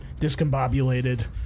discombobulated